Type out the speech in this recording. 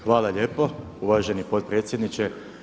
Hvala lijepo uvaženi potpredsjedniče.